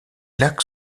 lacs